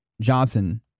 Johnson